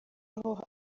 aho